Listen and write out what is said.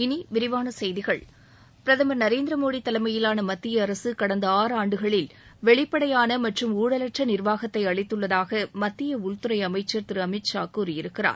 இனி விரிவான செய்திகள் பிரதமா் நரேந்திர மோடி தலைமையிலான மத்திய அரசு கடந்த ஆறாண்டுகளில் வெளிப்படையான மற்றும் ஊழலற்ற நிர்வாகத்தை அளித்துள்ளதாக மத்திய உள்துறை அமைச்சர் திரு அமித் ஷா கூறியிருக்கிறார்